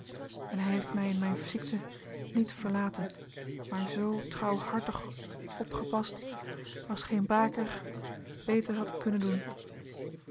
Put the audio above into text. en hij heeft mij in mijn ziekte niet verlaten maar zoo trouwhartig opgepast als geen baker beter had kunnen doen